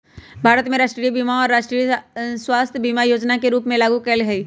भारत में राष्ट्रीय बीमा के राष्ट्रीय स्वास्थय बीमा जोजना के रूप में लागू कयल गेल हइ